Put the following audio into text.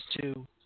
two